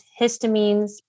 histamines